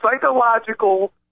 psychological